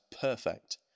perfect